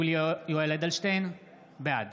(קורא בשם חבר הכנסת) יולי יואל אדלשטיין, בעד